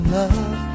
love